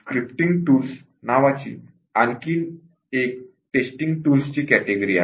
scripting tools नावाची आणखी एक टेस्टिंग टूल्स ची कॅटेगरी आहे